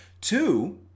Two